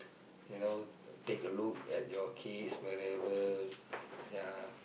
you know take a look at your kids wherever ya